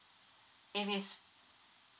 if it's